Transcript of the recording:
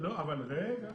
רגע.